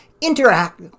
interact